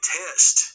test